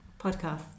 podcast